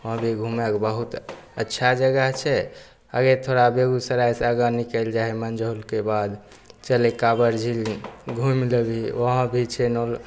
वहाँ भी घूमेके बहुत अच्छा जगह छै आगे थोड़ा बेगूसरायसँ आगाँ निकलि जाही मंझौलके बाद चलै कावर झील घुमि लेबही वहाँ भी छै नौलखा